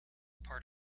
part